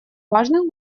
важных